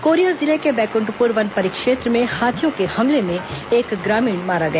Korea जिले के बैक्ठप्र वन परिक्षेत्र में हाथियों के हमले में एक ग्रामीण मारा गया